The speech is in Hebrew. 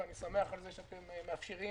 ואני שמח שאתם מאפשרים